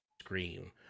screen